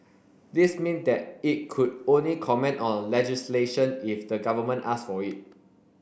this mean that it could only comment on legislation if the government asked for it